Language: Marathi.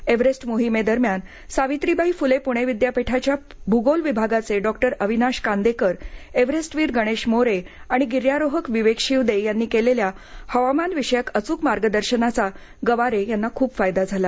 एव्हरेस्ट मोहिमेदरम्यान सावित्रीबाई फुले पुणे विद्यापीठाच्या भूगोल विभागाचे डॉक्टर अविनाश कांदेकर एव्हरेस्टवीर गणेश मोरे आणि गिर्यारोहक विवेक शिवदे यांनी केलेल्या हवामानविषयक अचूक मार्गदर्शनाचा गवारे यांना खूप फायदा झाला